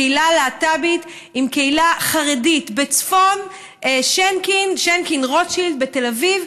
הקהילה הלהט"בית עם הקהילה החרדית בצפון שינקין-רוטשילד בתל אביב,